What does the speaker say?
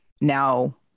now